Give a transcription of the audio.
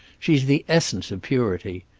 she's the essence of purity.